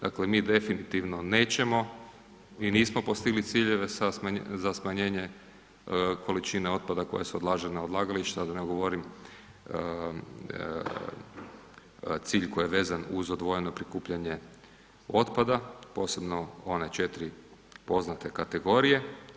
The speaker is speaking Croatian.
Dakle, mi definitivno nećemo i nismo postigli ciljeve za smanjenje količine otpada koje se odlaže na odlagališta, a da ne govorim cilj koji je vezan uz odvojeno prikupljanje otpada, posebno one četiri poznate kategorije.